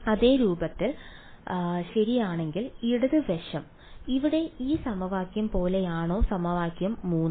അതേ രൂപത്തിൽ ശരിയാണെങ്കിൽ ഇടത് വശം ഇവിടെ ഈ സമവാക്യം പോലെയാണോ സമവാക്യം 3